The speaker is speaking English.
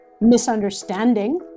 misunderstanding